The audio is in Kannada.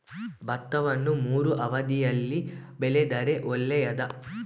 ಭತ್ತವನ್ನು ಮೂರೂ ಅವಧಿಯಲ್ಲಿ ಬೆಳೆದರೆ ಒಳ್ಳೆಯದಾ?